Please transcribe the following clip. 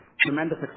tremendous